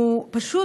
בבקשה.